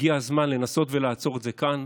הגיע הזמן לנסות ולעצור את זה כאן.